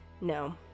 No